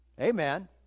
Amen